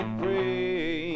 pray